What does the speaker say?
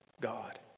God